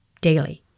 daily